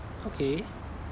okay